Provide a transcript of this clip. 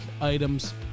items